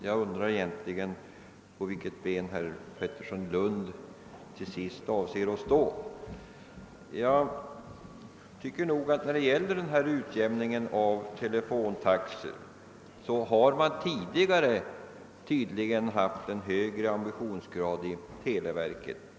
Jag undrar vilket ben herr Pettersson i Lund till sist har för avsikt att stå på? Vad frågan om utjämningen av telefontaxorna beträffar har man i televerket tydligen haft en högre ambitionsgrad tidigare.